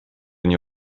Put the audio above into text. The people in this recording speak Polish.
nie